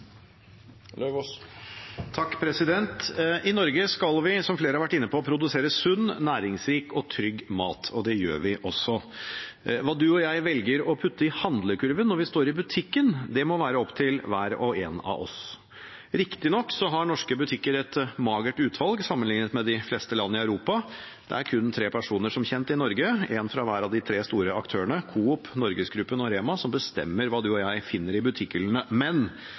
I Norge skal vi, som flere har vært inne på, produsere sunn, næringsrik og trygg mat, og det gjør vi også. Hva du og jeg velger å putte i handlekurven når vi står i butikken, må være opp til hver og en av oss. Riktignok har norske butikker et magert utvalg sammenlignet med de fleste land i Europa. Det er som kjent kun tre personer i Norge – én fra hver at de tre store aktørene Coop, NorgesGruppen og REMA – som bestemmer hva du og jeg finner i